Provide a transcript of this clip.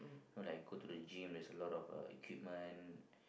know like go to the gym there's a lot of uh equipment